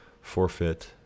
forfeit